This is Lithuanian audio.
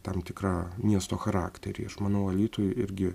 tam tikrą miesto charakterį aš manau alytui irgi